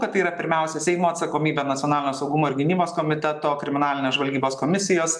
kad tai yra pirmiausia seimo atsakomybė nacionalinio saugumo ir gynybos komiteto kriminalinės žvalgybos komisijos